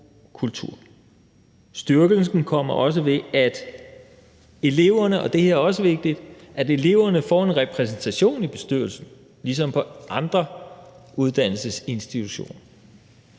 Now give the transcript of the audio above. og det her er også vigtigt – får en repræsentation i bestyrelsen ligesom på andre uddannelsesinstitutioner.